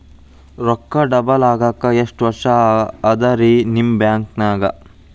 ರೊಕ್ಕ ಡಬಲ್ ಆಗಾಕ ಎಷ್ಟ ವರ್ಷಾ ಅದ ರಿ ನಿಮ್ಮ ಬ್ಯಾಂಕಿನ್ಯಾಗ?